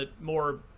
more